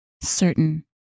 certain